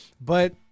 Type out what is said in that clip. But-